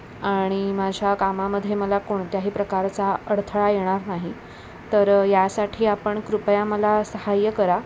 आणि माझ्या कामामध्ये मला कोणत्याही प्रकारचा अडथळा येणार नाही तर यासाठी आपण कृपया मला सहाय्य करा